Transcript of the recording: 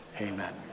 Amen